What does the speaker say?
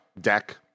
deck